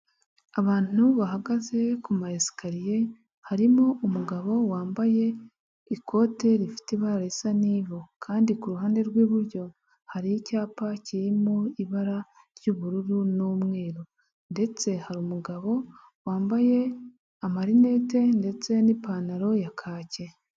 Abantu bahagaze ku ma esikariye, harimo umugabo wambaye ikote rifite ibara risa n'ivu, kandi ku ruhande rw'iburyo, hari icyapa kirimo ibara ry'ubururu n'umweru, ndetse hari umugabo wambaye amarinete, ndetse n'ipantaro ya kake.